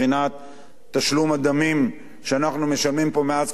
תשלום הדמים שאנחנו משלמים פה מאז קום המדינה,